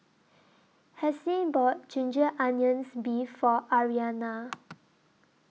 Hassie bought Ginger Onions Beef For Mariana